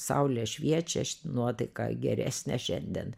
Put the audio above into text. saulė šviečia nuotaika geresnė šiandien